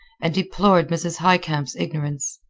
and deplored mrs. highcamp's ignorance.